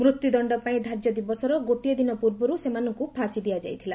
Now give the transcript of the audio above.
ମୃତ୍ୟୁଦଶ୍ଡପାଇଁ ଧାର୍ଯ୍ୟ ଦିବସର ଗୋଟିଏ ଦିନ ପୂର୍ବରୁ ସେମାନଙ୍କୁ ଫାଶୀ ଦିଆଯାଇଥିଲା